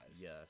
Yes